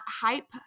Hype